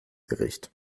gericht